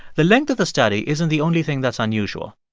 the length of the study isn't the only thing that's unusual.